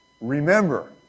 remember